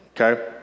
Okay